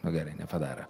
nu gerai nepadaro